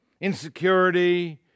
insecurity